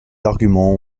arguments